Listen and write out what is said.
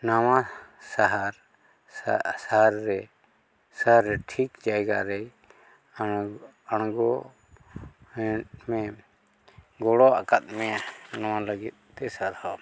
ᱱᱟᱣᱟ ᱥᱟᱦᱟᱨ ᱥᱟᱨ ᱨᱮ ᱥᱟᱨ ᱨᱮ ᱴᱷᱤᱠ ᱡᱟᱭᱜᱟ ᱨᱮᱭ ᱟᱬᱜᱚ ᱜᱚᱲᱚ ᱟᱠᱟᱫ ᱢᱮᱭᱟ ᱱᱚᱣᱟ ᱞᱟᱹᱜᱤᱫᱼᱛᱮ ᱥᱟᱨᱦᱟᱣ